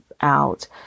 out